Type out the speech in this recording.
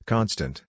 Constant